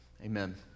Amen